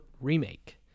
Remake